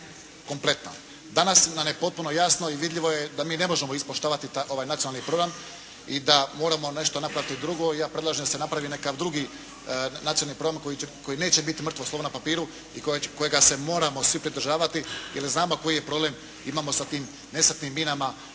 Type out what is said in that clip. kompletna. Danas nam je potpuno jasno i vidljivo je da mi ne možemo ispoštovati ovaj nacionalni program i da moramo nešto napraviti drugo. Ja predlažem da se napravi nekakav drugi nacionalni program koji neće biti mrtvo slovo na papiru i kojega se moramo svi pridržavati jer znamo koji problem imamo sa tim nesretnim minama